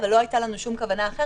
אבל לא הייתה לנו שום כוונה אחרת.